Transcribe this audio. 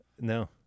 No